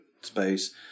space